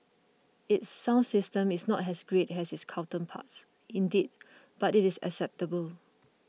its sound system is not has great has its counterparts indeed but it is acceptable